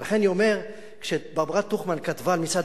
לכן אני אומר שברברה טוכמן כתבה את "מצעד